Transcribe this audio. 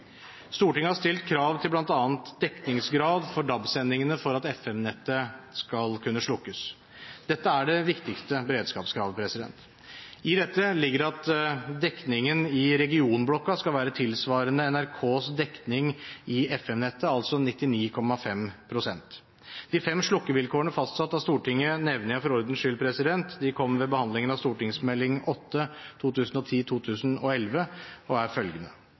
Stortinget har stilt krav til bl.a. dekningsgrad for DAB-sendingene for at FM-nettet skal kunne slukkes. Dette er det viktigste beredskapskravet. I dette ligger det at dekningen i regionblokken skal være tilsvarende NRKs dekning i FM-nettet, altså 99,5 pst. De fem slukkevilkårene fastsatt av Stortinget nevner jeg for ordens skyld. De kom ved behandlingen av Meld. St. 8 for 2010–2011, og er følgende: